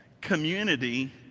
community